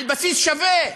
על בסיס שווה.